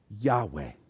Yahweh